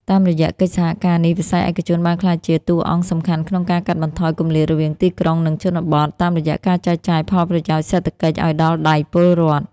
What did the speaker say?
តាមរយៈកិច្ចសហការនេះ វិស័យឯកជនបានក្លាយជាតួអង្គសំខាន់ក្នុងការកាត់បន្ថយគម្លាតរវាងទីក្រុង និងជនបទ តាមរយៈការចែកចាយផលប្រយោជន៍សេដ្ឋកិច្ចឱ្យដល់ដៃពលរដ្ឋ។